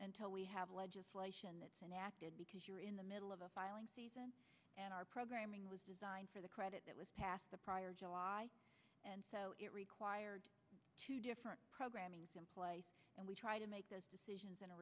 until we have legislation that's enacted because you're in the middle of a filing season and our programming was designed for the credit that was passed the prior july and so it required two different programming and we try to make those decisions in a